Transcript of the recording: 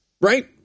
Right